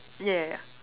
yeah yeah yeah